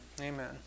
Amen